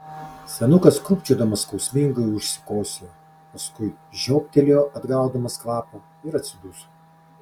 senukas krūpčiodamas skausmingai užsikosėjo paskui žioptelėjo atgaudamas kvapą ir atsiduso